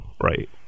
right